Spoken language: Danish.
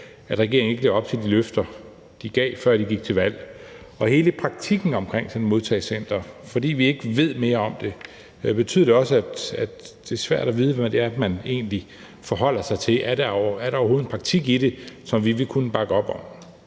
at regeringen ikke lever op til de løfter, de gav, før de gik til valg. Fordi vi ikke ved mere om hele praktikken omkring sådan et modtagecenter, betyder det også, at det er svært at vide, hvad det er, man egentlig forholder sig til. Er der overhovedet en praktik i det, som vi vil kunne bakke op om?